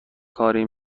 کاری